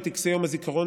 בטקסי יום הזיכרון,